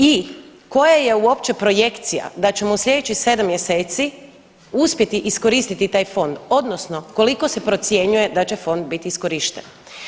I koja je uopće projekcija da ćemo u slijedećih 7 mjeseci uspjeti iskoristiti taj fond odnosno koliko se procjenjuje da će fond biti iskorišten?